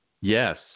Yes